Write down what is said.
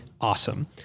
awesome